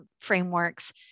frameworks